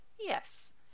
Yes